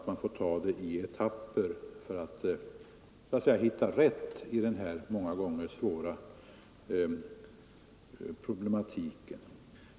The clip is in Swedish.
Man får ta det i etapper för att hitta rätt i den här många gånger svåra problematiken.